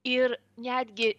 ir netgi